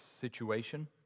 situation